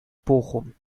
bochum